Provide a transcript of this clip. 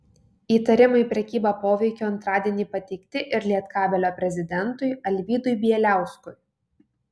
įtarimai prekyba poveikiu antradienį pateikti ir lietkabelio prezidentui alvydui bieliauskui